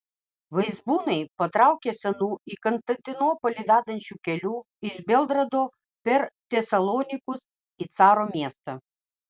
vaizbūnai patraukė senu į konstantinopolį vedančiu keliu iš belgrado per tesalonikus į caro miestą